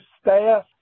staff